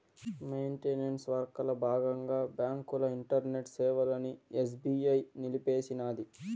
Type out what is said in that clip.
maintenance వర్కల బాగంగా బాంకుల ఇంటర్నెట్ సేవలని ఎస్బీఐ నిలిపేసినాది